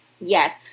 Yes